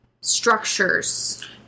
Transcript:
structures